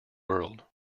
world